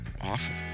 awful